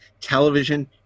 television